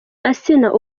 asnah